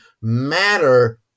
matter